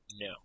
No